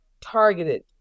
targeted